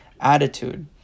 Attitude